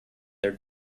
their